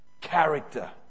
character